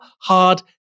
hard